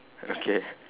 okay